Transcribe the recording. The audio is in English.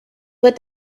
but